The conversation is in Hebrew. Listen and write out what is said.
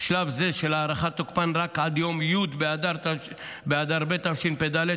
של הארכת תוקפן רק עד יום י' באדר ב' תשפ"ד,